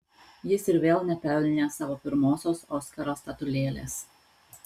jis ir vėl nepelnė savo pirmosios oskaro statulėlės